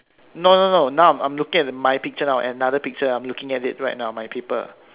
no no no Nam I'm looking at my picture now another picture I'm looking at it right now my paper